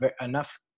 enough